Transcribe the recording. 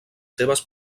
seves